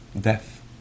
death